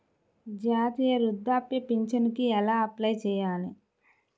జాతీయ వృద్ధాప్య పింఛనుకి ఎలా అప్లై చేయాలి?